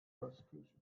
persecution